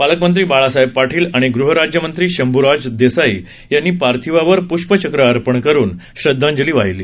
पालकमंत्री बाळासाहेब पाटील आणि गृहराज्यमंत्री शंभूराज देसाई यांनी पार्थिवावर प्ष्पचक्र अर्पण करुन श्रदधांजली वाहिली